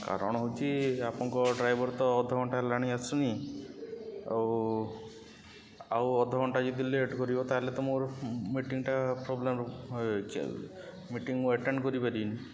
କାରଣ ହେଉଛି ଆପଣଙ୍କ ଡ୍ରାଇଭର୍ ତ ଅଧଘଣ୍ଟା ହେଲାଣି ଆସୁନି ଆଉ ଆଉ ଅଧଘଣ୍ଟା ଯଦି ଲେଟ୍ କରିବ ତା'ହେଲେ ତ ମୋର ମିଟିଙ୍ଗଟା ପ୍ରୋବ୍ଲେମ୍ ମିଟିଙ୍ଗ ମୁଁ ଆଟେଣ୍ଡ କରିପାରିବିନି